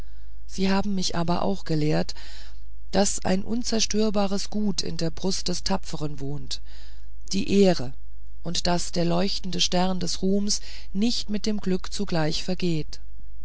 sie haben mich aber auch gelehrt daß ein unzerstörbares gut in der brust des tapfern wohnt die ehre und daß der leuchtende stern des ruhmes nicht mit dem glück zugleich vergeht